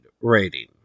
rating